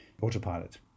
autopilot